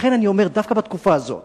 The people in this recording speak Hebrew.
לכן אני אומר דווקא שבתקופה הזאת